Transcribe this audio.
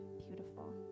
beautiful